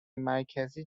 مرکزی